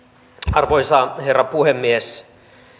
arvoisa herra puhemies